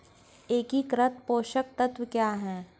एकीकृत पोषक तत्व क्या है?